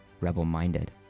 rebel-minded